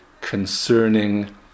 concerning